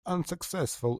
unsuccessful